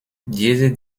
diese